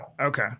okay